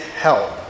help